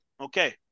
okay